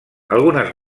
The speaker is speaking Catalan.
algunes